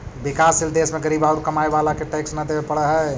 विकासशील देश में गरीब औउर कमाए वाला के टैक्स न देवे पडऽ हई